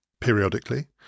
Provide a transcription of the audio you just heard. periodically